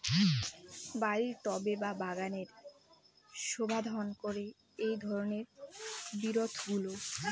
বাড়ির টবে বা বাগানের শোভাবর্ধন করে এই ধরণের বিরুৎগুলো